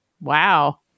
Wow